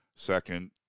Second